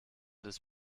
des